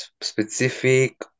specific